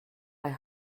bei